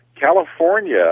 California